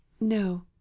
No